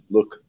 Look